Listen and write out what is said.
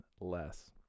less